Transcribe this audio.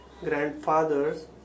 Grandfathers